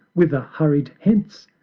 whither hurried hence!